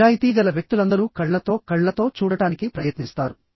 నిజాయితీ గల వ్యక్తులందరూ కళ్లతో కళ్లతో చూడటానికి ప్రయత్నిస్తారు